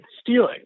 stealing